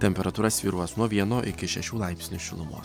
temperatūra svyruos nuo vieno iki šešių laipsniai šilumos